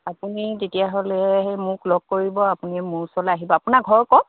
আপুনি তেতিয়াহ'লে সেই মোক লগ কৰিব আপুনি মোৰ ওচৰলৈ আহিব আপোনাৰ ঘৰ ক'ত